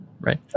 right